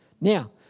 Now